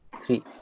Three